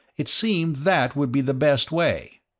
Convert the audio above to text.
it seemed that would be the best way.